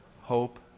hope